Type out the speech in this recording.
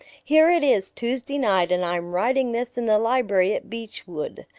here it is tuesday night and i'm writing this in the library at beechwood.